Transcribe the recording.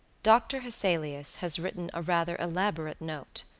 doctor hesselius has written a rather elaborate note,